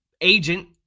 agent